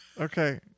Okay